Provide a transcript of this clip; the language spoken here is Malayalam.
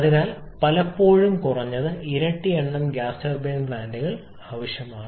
അതിനാൽ പലപ്പോഴും കുറഞ്ഞത് ഇരട്ടി എണ്ണം ഗ്യാസ് ടർബൈൻ പ്ലാന്റുകൾ ആവശ്യമാണ്